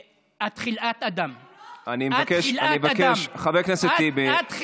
אני גם לא צריכה את הסליחה שלך.